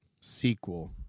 Sequel